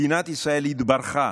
מדינת ישראל התברכה